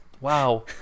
Wow